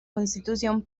constitución